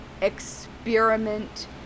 experiment